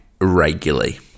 regularly